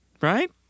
right